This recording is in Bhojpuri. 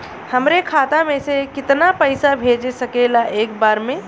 हमरे खाता में से कितना पईसा भेज सकेला एक बार में?